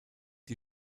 die